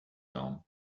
down